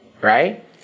right